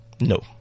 No